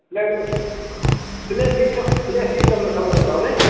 ଲଡ଼ୁ ହଁ ତୁମେ ସବୁ ରଖ ନାଇ